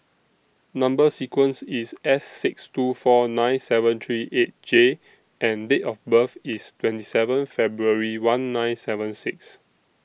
Number sequence IS S six two four nine seven three eight J and Date of birth IS twenty seven February one nine seven six